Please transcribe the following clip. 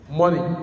money